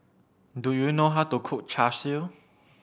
do you know how to cook Char Siu